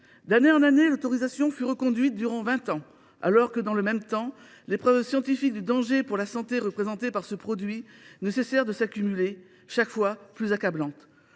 d’année en année, l’autorisation fut reconduite, durant vingt ans, alors que, dans le même temps, les preuves scientifiques du danger que ce produit présentait pour la santé ne cessaient de s’accumuler, chaque fois plus accablantes.